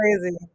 crazy